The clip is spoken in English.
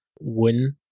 win